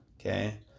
okay